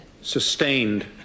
Sustained